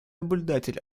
наблюдатель